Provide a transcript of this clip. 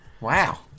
Wow